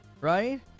Right